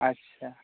ᱟᱪᱪᱷᱟ